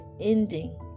ending